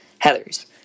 Heathers